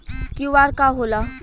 QR का होला?